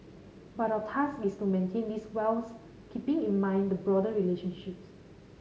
but our task is to maintain this whilst keeping in mind the broader relationships